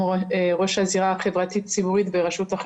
בתקציב הזה של שוברים היה למשל 45 מיליון,